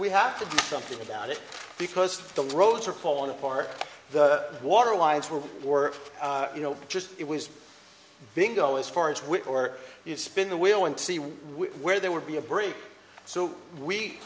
we have to do something about it because the roads are calling for the water winds were were you know just it was being go as far as wit or you spin the wheel and see where there would be a break so we